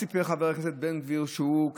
אז סיפר חבר הכנסת בן גביר שהוא,